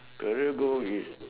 career goal is